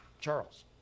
Charles